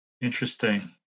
Interesting